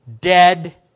dead